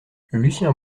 lucien